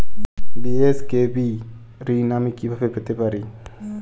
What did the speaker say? BSKB ঋণ আমি কিভাবে পেতে পারি?